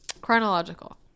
Chronological